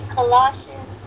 Colossians